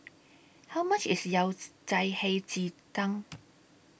How much IS Yao Cai Hei Ji Tang